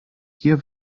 hier